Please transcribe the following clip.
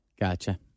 gotcha